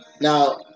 Now